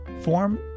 form